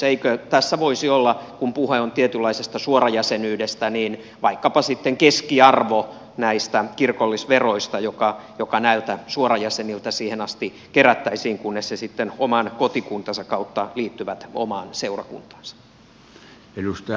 eikö tässä voisi olla kun puhe on tietynlaisesta suorajäsenyydestä vaikkapa sitten keskiarvo näistä kirkollisveroista joka näiltä suorajäseniltä siihen asti kerättäisiin kunnes he sitten oman kotikuntansa kautta liittyvät omaan seurakuntaansa